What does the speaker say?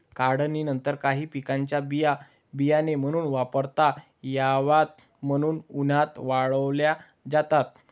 काढणीनंतर काही पिकांच्या बिया बियाणे म्हणून वापरता याव्यात म्हणून उन्हात वाळवल्या जातात